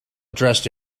dressed